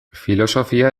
filosofia